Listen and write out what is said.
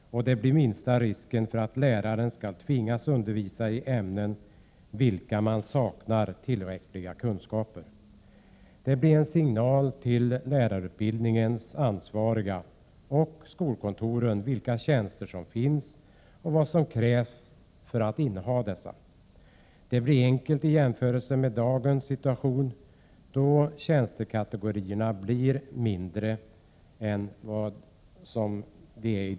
e Det innebär den minsta risken för att läraren skall tvingas undervisa i ämnen i vilka läraren saknar tillräckliga kunskaper. e Det blir en signal till lärarutbildningens ansvariga och skolkontoren om vilka tjänster som finns och om vad som krävs för att inneha dessa. e Det blir enkelt i jämförelse med dagens situation, då tjänstekategorierna blir färre än i dag.